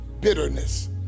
bitterness